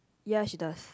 ya she does